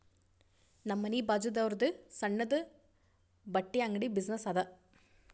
ನಮ್ ಮನಿ ಬಾಜುದಾವ್ರುದ್ ಸಣ್ಣುದ ಬಟ್ಟಿ ಅಂಗಡಿ ಬಿಸಿನ್ನೆಸ್ ಅದಾ